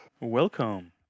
Welcome